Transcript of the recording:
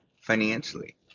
financially